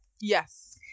yes